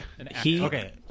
Okay